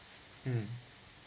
mm